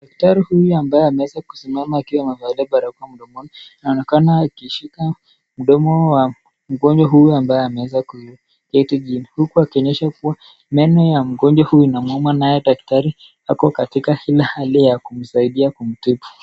Daktari huyu ambaye ameweza kusimama akiwa amevalia barakoa mdomoni anaonekana akishika mdomo wa mgonjwa huyu ambaye ameweza kuketi chini, huku akionyesha kuwa meno ya mgonjwa huyu inamuuma naye daktari ako katika ile hali ya kumsaidia kumtibu.